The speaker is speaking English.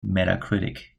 metacritic